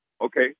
Okay